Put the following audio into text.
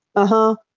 uh-huh,